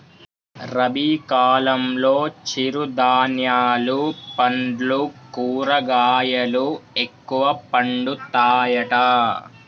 రబీ కాలంలో చిరు ధాన్యాలు పండ్లు కూరగాయలు ఎక్కువ పండుతాయట